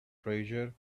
treasure